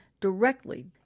directly